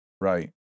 Right